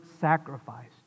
sacrificed